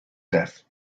deaf